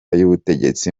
y’ubutegetsi